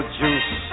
juice